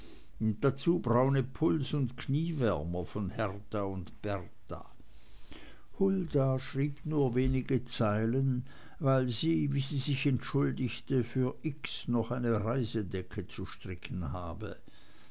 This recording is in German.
dazu braune puls und kniewärmer von bertha und hertha hulda schrieb nur wenige zeilen weil sie wie sie sich entschuldigte für x noch eine reisedecke zu stricken habe